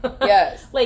Yes